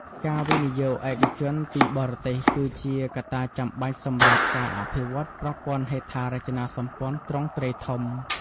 ការវិនិយោគឯកជនពីបរទេសគឺជាកត្តាចាំបាច់សម្រាប់ការអភិវឌ្ឍប្រព័ន្ធហេដ្ឋារចនាសម្ព័ន្ធទ្រង់ទ្រាយធំ។